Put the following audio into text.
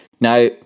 Now